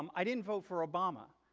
um i didn't vote for obama,